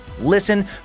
Listen